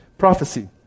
Prophecy